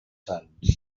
sants